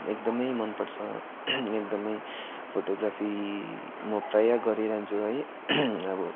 एकदमै मन पर्छ एकदमै फोटोग्राफी म प्राय गरिरहन्छु है अब